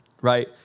right